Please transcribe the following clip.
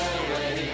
away